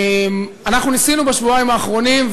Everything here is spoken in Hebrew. אנחנו ניסינו בשבועיים האחרונים,